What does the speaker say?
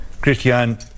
Christian